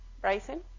Bryson